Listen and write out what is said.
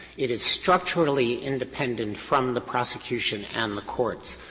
it is structurally independent from the prosecution and the courts.